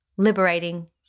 liberating